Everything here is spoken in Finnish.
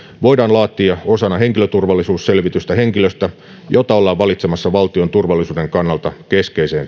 voidaan laatia osana henkilöturvallisuusselvitystä henkilöstä jota ollaan valitsemassa valtion turvallisuuden kannalta keskeiseen